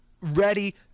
ready